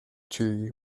tree